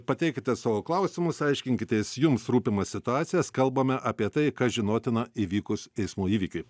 pateikite savo klausimus aiškinkitės jums rūpimas situacijas kalbame apie tai kas žinotina įvykus eismo įvykiui